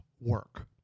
work